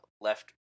left